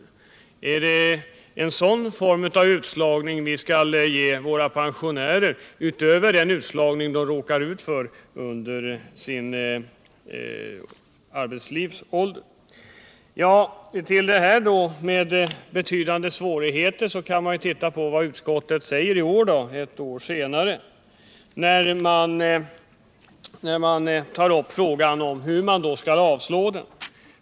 Skall vi tillämpa en sådan form av utslagning på våra pensionärer utöver den utslagning de drabbas av under sin arbetsföra ålder? Man kan i anslutning till detta tal om svårigheter titta på vad utskottet säger i år, ett år senare, när man motiverar varför motionen avslås.